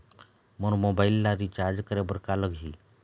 मोर mobile ला recharge करे बर का लगही?